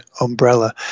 umbrella